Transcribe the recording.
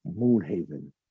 Moonhaven